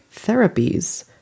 therapies